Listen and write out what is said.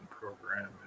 program